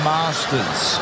Masters